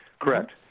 Correct